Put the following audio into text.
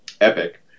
Epic